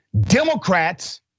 Democrats